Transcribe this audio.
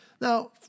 Now